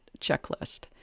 checklist